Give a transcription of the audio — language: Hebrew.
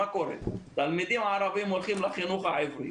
תלמידים ערבים הולכים לחינוך העברי